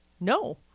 No